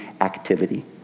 activity